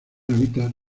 hábitat